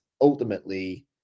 ultimately